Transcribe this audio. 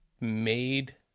made